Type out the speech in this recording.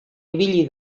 ibili